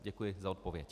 Děkuji za odpověď.